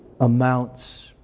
amounts